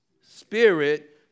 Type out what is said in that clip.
spirit